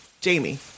jamie